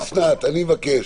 אוסנת, אני מבקש.